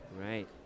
Right